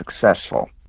successful